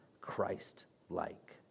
Christ-like